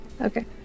Okay